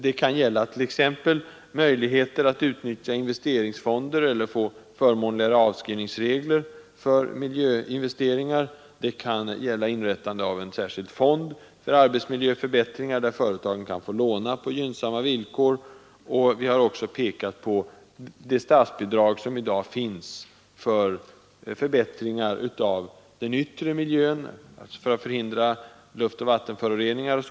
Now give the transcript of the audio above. Det kan gälla möjligheter att utnyttja investeringsfonder eller att tillämpa förmånligare avskrivningsregler för miljöinvesteringar, det kan gälla inrättande av en särskild fond för arbetsmiljöförbättringar där företagen kan få låna på gynnsamma villkor. Vi har också pekat på det statsbidrag som finns för förbättringar av den yttre miljön i syfte att förhindra luftoch vattenföroreningar o. d.